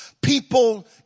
people